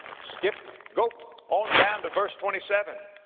skip, go on down to verse twenty seven.